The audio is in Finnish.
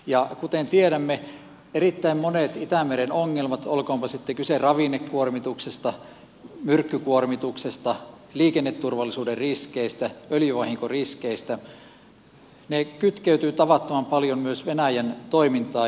ja kuten tiedämme erittäin monet itämeren ongelmat olkoonpa sitten kyse ravinnekuormituksesta myrkkykuormituksesta liikenneturvallisuuden riskeistä öljyvahinkoriskeistä kytkeytyvät tavattoman paljon myös venäjän toimintaan